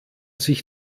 sich